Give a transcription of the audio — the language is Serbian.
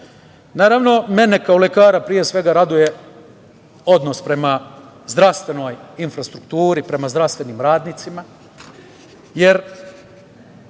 zemlje. Naravno, mene kao lekara, pre svega, raduje odnos prema zdravstvenoj infrastrukturi, prema zdravstvenim radnicima, jer